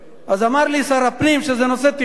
אז אמר לי שר הפנים שזה נושא תכנון.